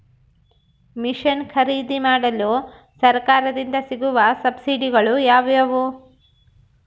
Mission ಖರೇದಿಮಾಡಲು ಸರಕಾರದಿಂದ ಸಿಗುವ ಸಬ್ಸಿಡಿಗಳು ಯಾವುವು?